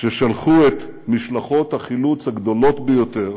ששלחו את משלחות החילוץ הגדולות ביותר